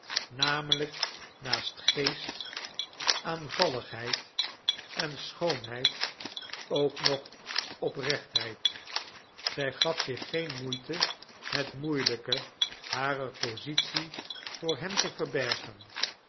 namelijk naast geest aanvalligheid en schoonheid ook nog oprechtheid zij gaf zich geen moeite het moeielijke harer positie voor hem te verbergen